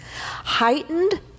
heightened